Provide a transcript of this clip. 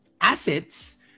assets